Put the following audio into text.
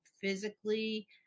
physically